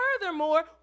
Furthermore